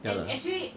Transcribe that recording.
ya lah